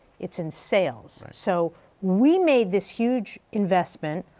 it's in sales. so we made this huge investment,